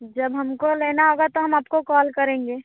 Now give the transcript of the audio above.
जब हमको लेना होगा तो हम आपको कॉल करेंगे